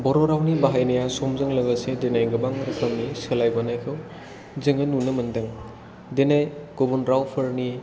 बर' रावनि बाहायनाया समजों लोगोसे दिनै गोबां रोखोमनि सोलायबोनायखौ जोङो नुनो मोनदों दिनै गुबुन रावफोरनि